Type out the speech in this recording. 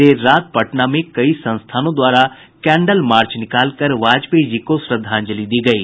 देर रात पटना में कई संस्थानों द्वारा कैंडल मार्च निकालकर वाजपेयी जी को श्रद्धांजलि दी गयी